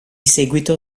seguito